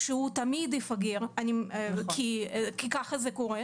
שתמיד יפגר כי כך זה קורה,